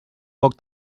poc